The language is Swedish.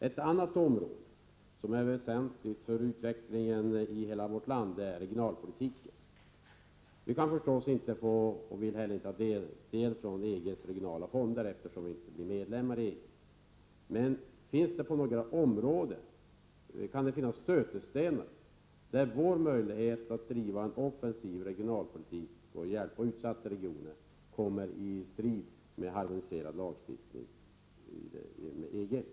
Ett annat område som är väsentligt för utvecklingen i hela vårt land är regionalpolitiken. Nu kan vi naturligtvis inte — och vi vill inte heller — få del av EG:s regionala fonder, eftersom vi inte blir medlemmar i EG. Men finns det stötestenar som innebär att vår ambition att driva en offensiv regionalpolitik och hjälpa utsatta regioner kommer i strid med harmoniserad lagstiftning inom EG?